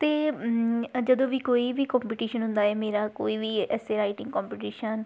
ਅਤੇ ਜਦੋਂ ਵੀ ਕੋਈ ਵੀ ਕੋਂਪੀਟੀਸ਼ਨ ਹੁੰਦਾ ਏ ਮੇਰਾ ਕੋਈ ਵੀ ਐੱਸੇ ਰਾਈਟਿੰਗ ਕੋਂਪੀਟੀਸ਼ਨ